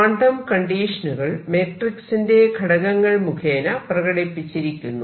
quantum കണ്ടീഷനുകൾ മെട്രിക്സിന്റെ ഘടകങ്ങൾ മുഖേന പ്രകടിപ്പിച്ചിരുന്നു